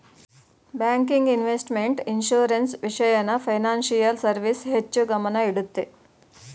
banking, investment, insurance, ವಿಷಯನ financial service ಹೆಚ್ಚು ಗಮನ ಇಡುತ್ತೆ